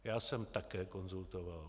Já jsem také konzultoval.